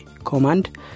Command